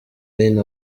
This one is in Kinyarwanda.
wayne